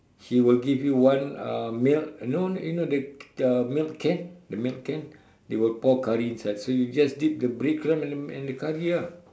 he will give you one uh milk you know you know the milk can the milk can they will pour curry inside so you just dip the bread crumbs in the in the curry ah